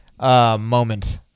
moment